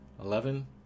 Eleven